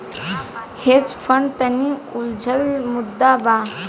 hedge fund तनि उलझल मुद्दा बा